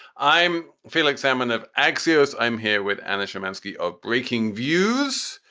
i'm felix salmon of axios. i'm here with anna shymansky of breaking views.